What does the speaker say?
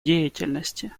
деятельности